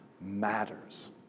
matters